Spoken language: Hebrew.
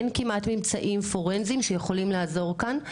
אין כמעט ממצאים פורנזיים שיכולים לעזור כאן.